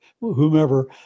whomever